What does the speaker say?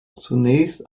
zunächst